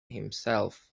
himself